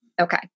Okay